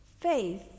faith